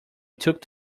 took